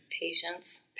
Patience